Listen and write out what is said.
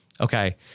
Okay